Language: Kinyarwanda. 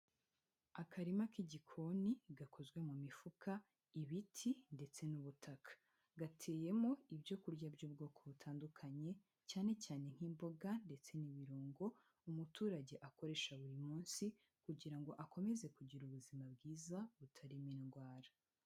Akarima k'igikoni gakozwe mu mifuka, ibiti ndetse n'ubutaka, gateyemo ibyo kurya by'ubwoko butandukanye cyane cyane nk'imboga ndetse n'ibirungo umuturage akoresha buri munsi, kugira ngo akomeze kugira ubuzima bwiza butarimo indwara.